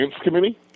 committee